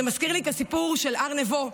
זה מזכיר לי את הסיפור של הר נבו,